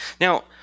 Now